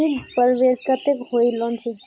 ईद पर्वेर केते कोई लोन छे?